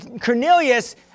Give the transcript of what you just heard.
Cornelius